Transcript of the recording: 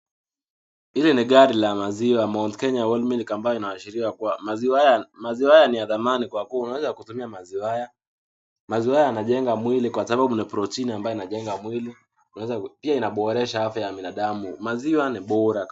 Hili ni gari la maziwa Mount Kenya Whole Milk ambayo inaashiria kuwa maziwa haya ni ya thamani kwa kuwa unaweza kutumia maziwa haya, maziwa haya yanajenga mwili kwa sababu ni protini ambayo inajenga mwili, pia inaboresha afya ya binadamu, maziwa ni bora.